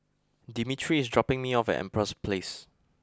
Dimitri is dropping me off at empress place